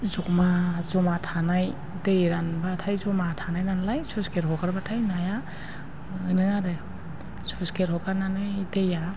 जमा जमा थानाय दै रानबाथाय जमा थानाय नालाय स्लुइस गेट हगारबाथाय नाया मोनो आरो स्लुइस गेट हगारनानै दैया